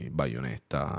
baionetta